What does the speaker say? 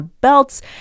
belts